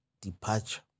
departure